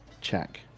check